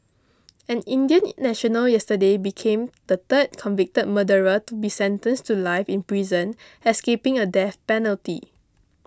an Indian national yesterday became the third convicted murderer to be sentenced to life in prison escaping a death penalty